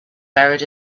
buried